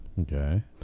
Okay